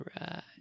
right